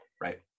right